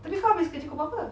tapi kau habis kerja kul berapa